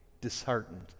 disheartened